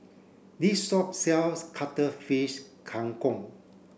this shop sells Cuttlefish Kang Kong